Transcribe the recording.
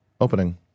opening